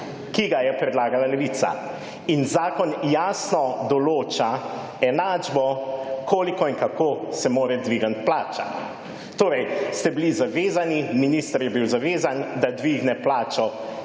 ki ga je predlagala Levica. In zakon jasno določa enačbo, koliko in kako se mora dvignit plača. Torej ste bili zavezani, minister je bil zavezan, da dvigne plačo,